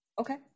Okay